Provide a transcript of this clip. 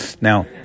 Now